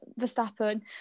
Verstappen